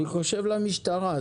אני חושב למשטרה.